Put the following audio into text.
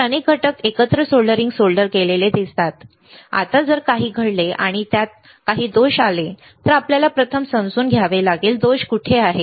तर अनेक घटक एकत्र सोल्डरिंग सोल्डर दिसतात आता जर काही घडले आणि नंतर त्यात काही दोष आहे तर आपल्याला प्रथम समजून घ्यावे लागेल दोष कुठे आहे